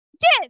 Get